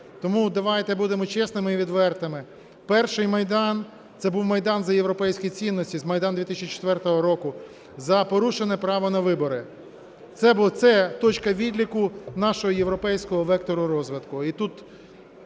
Тому давайте будемо чесними і відвертими. Перший Майдан це був Майдан за європейські цінності, Майдан 2004 року, за порушене право на вибори. Це точка відліку нашого європейського вектору розвитку,